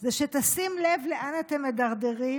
זה שתשים לב לאן אתם מדרדרים